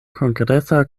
kongresa